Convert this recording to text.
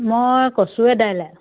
মই কচুৱে দাইলে